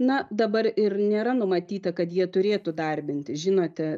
na dabar ir nėra numatyta kad jie turėtų darbinti žinote